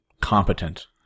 competent